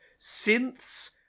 synths